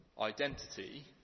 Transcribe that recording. identity